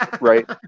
Right